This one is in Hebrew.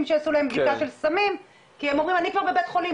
שיעשו להם בדיקה של סמים כי הם אומרים שהם כבר בבית חולים,